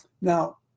now